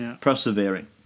Persevering